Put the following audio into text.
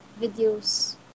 videos